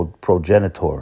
progenitor